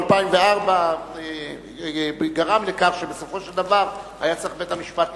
ב-2004 גרם לכך שבסופו של דבר היה צריך בית-המשפט לפסוק.